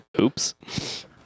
Oops